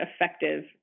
effective